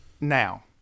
now